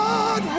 God